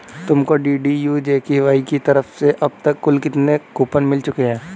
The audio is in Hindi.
तुमको डी.डी.यू जी.के.वाई की तरफ से अब तक कुल कितने कूपन मिल चुके हैं?